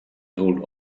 told